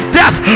death